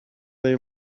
they